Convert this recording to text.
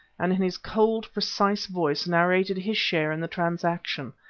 and in his cold, precise voice narrated his share in the transaction,